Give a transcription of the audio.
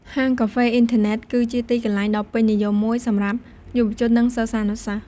ហាងកាហ្វេអ៊ីនធឺណិត គឺជាទីកន្លែងដ៏ពេញនិយមមួយសម្រាប់យុវជន និងសិស្សានុសិស្ស ។